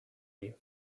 you